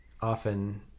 often